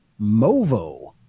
Movo